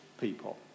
people